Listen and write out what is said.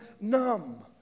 numb